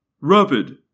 Rapid